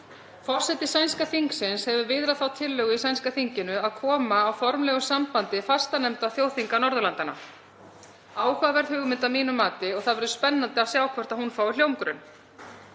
Forseti sænska þingsins hefur viðrað þá tillögu í sænska þinginu að koma á formlegu sambandi fastanefnda þjóðþinga Norðurlandanna. Áhugaverð hugmynd að mínu mati og það verður spennandi að sjá hvort hún fái hljómgrunn.